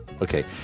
Okay